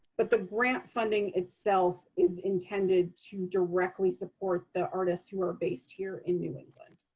but the grant funding itself is intended to directly support the artists who are based here in new england.